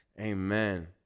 Amen